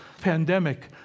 pandemic